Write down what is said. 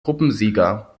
gruppensieger